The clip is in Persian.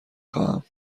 خواهم